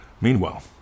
Meanwhile